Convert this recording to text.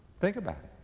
think about it.